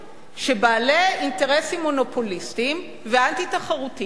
שבעלי אינטרסים מונופוליסטיים ואנטי-תחרותיים עושים